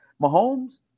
Mahomes